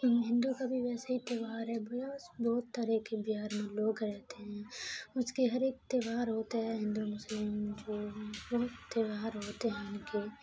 ہندو کا بھی ویسے ہی تیوہار ہے بہت طرح کے بہار میں لوگ رہتے ہیں اس کے ہر ایک تیوہار ہوتا ہے ہندو مسلم جو تیوہار ہوتے ہیں ان کے